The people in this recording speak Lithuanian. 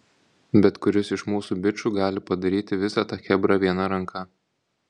bet kuris iš mūsų bičų gali padaryti visą tą chebrą viena ranka